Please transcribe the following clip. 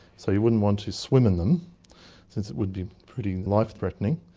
so you wouldn't want to swim in them since it would be pretty life threatening,